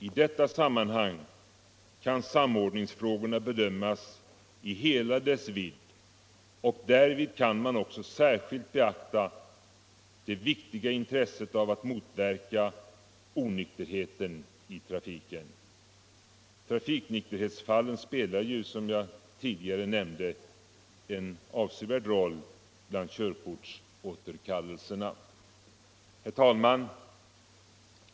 I detta sammanhang kan samordningsfrågorna bedömas i hela deras vidd, och därvid kan man också särskilt beakta det viktiga intresset av att motverka onykterheten i trafiken. Trafikonykterhetsfallen spelar ju som jag tidigare nämnde en avsevärd roll bland körkortsåterkallelserna. Herr talman!